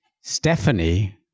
Stephanie